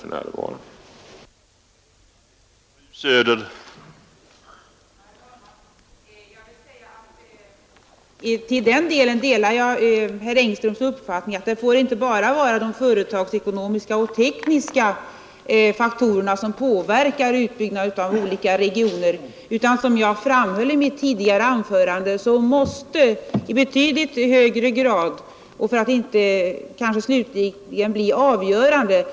5 november 1971